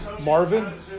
Marvin